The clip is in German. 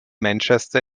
manchester